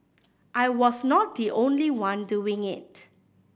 I was not the only one doing it